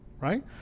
right